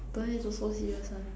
don't need to so serious [one]